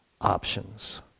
options